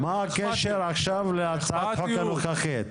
מה הקשר להצעת החוק הנוכחית.